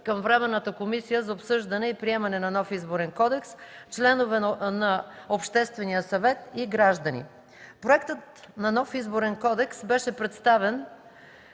към Временната комисия за обсъждане и приемане на нов Изборен кодекс, членове на Обществения съвет и граждани. Проектът на нов Изборен кодекс беше представен